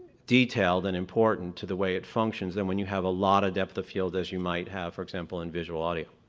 detailed and important to the way it functions than when you have a lot of depth of field as you might have, for example, in visual audio.